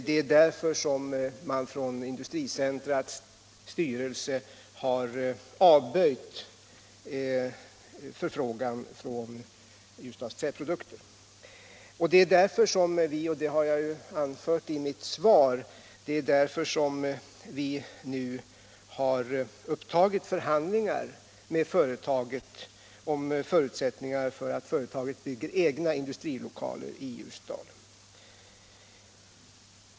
Det är därför Stiftelsen Industricentras styrelse har avböjt förfrågan från Ljusdals Träprodukter, och det är därför vi — som jag anfört i mitt svar — nu har upptagit förhandlingar med företaget om dess förutsättningar att bygga egna industrilokaler i Ljusdal.